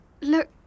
Look